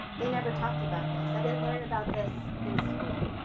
they never talked about this. i didn't learn about this in school.